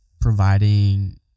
providing